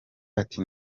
ati